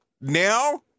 now